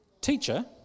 Teacher